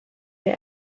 der